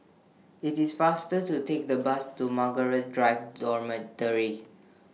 IT IS faster to Take The Bus to Margaret Drive Dormitory